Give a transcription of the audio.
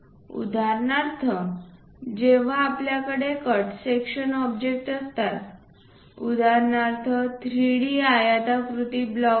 उदाहरणार्थ जेव्हा आपल्याकडे कट सेक्शन ऑब्जेक्ट असतात उदाहरणार्थ 3D आयताकृती ब्लॉक घेऊ